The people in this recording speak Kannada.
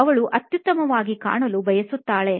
ಅವಳು ಅತ್ಯುತ್ತಮವಾಗಿ ಕಾಣಲು ಬಯಸುತ್ತಾಳೆ